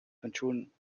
pensioen